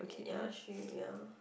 ya she ya